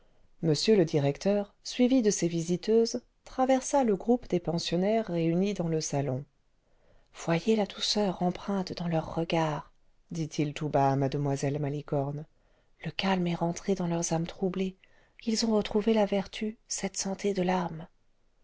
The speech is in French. le directeur suivi de ses visiteuses traversa le groupe des pensionnaires réunis dans le salon ce voyez la douceur empreinte dans leurs regards dit-il tout bas à mademoiselle malicorne le calme est rentré dans leurs âmes troublées ils ont retrouvé la vertu cette santé de